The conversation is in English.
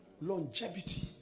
Longevity